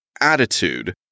attitude